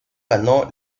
ganó